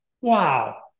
Wow